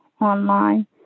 online